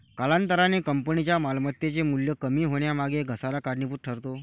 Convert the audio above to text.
कालांतराने कंपनीच्या मालमत्तेचे मूल्य कमी होण्यामागे घसारा कारणीभूत ठरतो